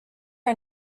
our